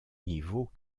niveau